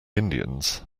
indians